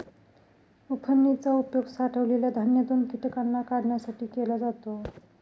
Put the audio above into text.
उफणनी चा उपयोग साठवलेल्या धान्यातून कीटकांना काढण्यासाठी केला जातो